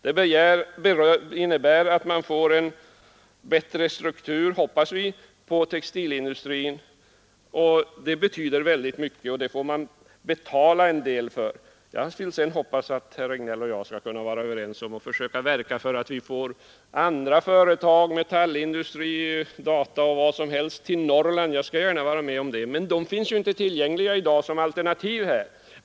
Det innebär också, att man får en bättre struktur inom textilindustrin, och det betyder väldigt mycket. Sådant får man betala en del för. Jag hoppas att herr Regnéll och jag sedan är överens om att verka för att få andra företag, t.ex. metallindustri, till Norrland. Men de finns inte tillgängliga i dag som alternativ.